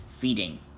feeding